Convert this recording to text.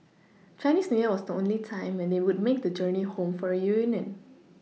Chinese new year was the only time when they would make the journey home for a reunion